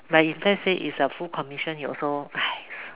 but if let's say is a full commission you also !hais!